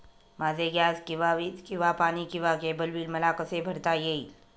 माझे गॅस किंवा वीज किंवा पाणी किंवा केबल बिल मला कसे भरता येईल?